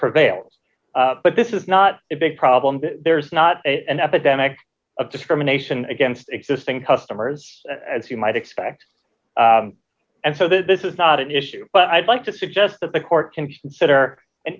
prevails but this is not a big problem there's not an epidemic of discrimination against existing customers as you might expect and so this is not an issue but i'd like to suggest that the court can consider an